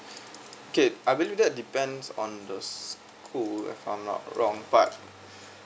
okay I believe that depends on the school if I'm not wrong but